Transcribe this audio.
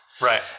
Right